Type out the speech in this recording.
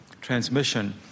transmission